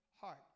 heart